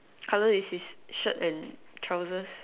colour is his shirt and trousers